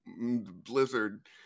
Blizzard